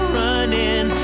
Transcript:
running